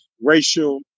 racial